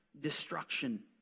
destruction